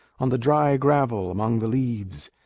on the dry gravel among the leaves,